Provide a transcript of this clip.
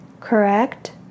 correct